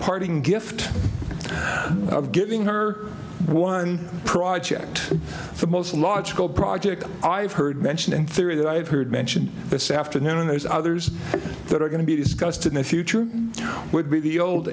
parting gift of giving her one project the most logical project i've heard mentioned in theory that i have heard mention this afternoon there's others that are going to be discussed in the future would be the old